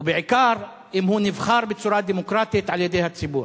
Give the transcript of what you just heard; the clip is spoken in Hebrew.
ובעיקר אם הוא נבחר בצורה דמוקרטית על-ידי הציבור.